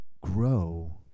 grow